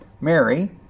Mary